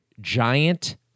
Giant